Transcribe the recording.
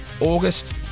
August